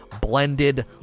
Blended